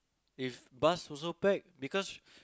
if bus also packed because